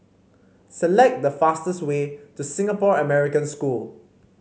select the fastest way to Singapore American School